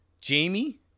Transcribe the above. Jamie